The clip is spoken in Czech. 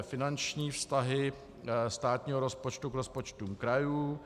Finanční vztahy státního rozpočtu k rozpočtům krajů